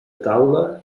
taula